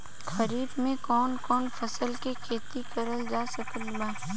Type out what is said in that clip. खरीफ मे कौन कौन फसल के खेती करल जा सकत बा?